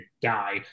die